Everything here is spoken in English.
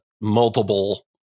multiple